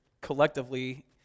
collectively